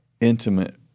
intimate